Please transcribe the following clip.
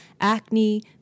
acne